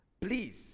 Please